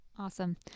Awesome